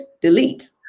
delete